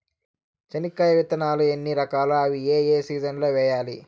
చెనక్కాయ విత్తనాలు ఎన్ని రకాలు? అవి ఏ ఏ సీజన్లలో వేయాలి?